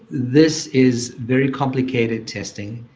this is very complicated testing,